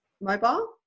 mobile